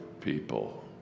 people